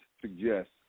suggest